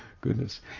goodness